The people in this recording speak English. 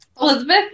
Elizabeth